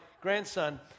grandson